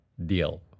deal